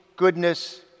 Goodness